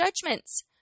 judgments